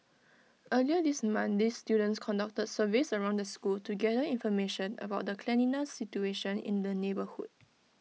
earlier this month these students conducted surveys around the school to gather information about the cleanliness situation in the neighbourhood